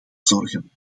zorgen